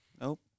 Nope